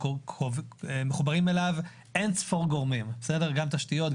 מחוברים אליו אין-ספור גורמים: גם תשתיות,